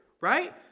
right